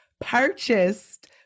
purchased